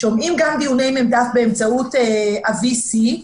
שומעים דיוני מ"ת באמצעות ה-VC,